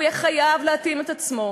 הוא יהיה חייב להתאים את עצמו,